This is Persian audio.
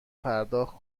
پرداخت